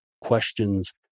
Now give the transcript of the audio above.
questions